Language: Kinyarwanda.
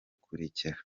kurekera